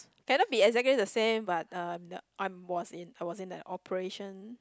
cannot be exactly the same but uh the I'm was in I was in the operation